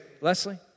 Leslie